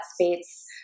space